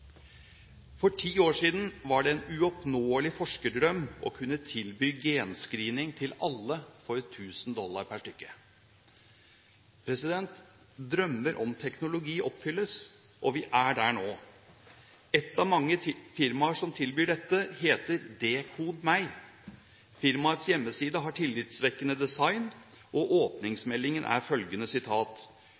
For ti år siden var det en uoppnåelig forskerdrøm å kunne tilby genscreening til alle for tusen dollar per stykk. Drømmer om teknologi oppfylles. Vi er der nå. Ett av mange firmaer som tilbyr dette, heter deCODEme. Firmaets hjemmeside har tillitvekkende design, og åpningsmeldingen er følgende: